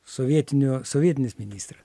sovietinio sovietinis ministra